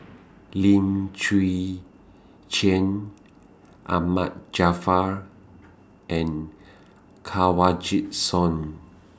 Lim Chwee Chian Ahmad Jaafar and Kanwaljit Soin